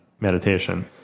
meditation